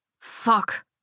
Fuck